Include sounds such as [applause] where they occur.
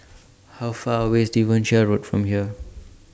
[noise] How Far away IS Devonshire Road from here